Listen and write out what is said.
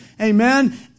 amen